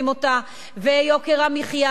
יוקר המחיה,